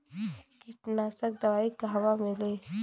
कीटनाशक दवाई कहवा मिली?